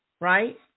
right